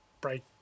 break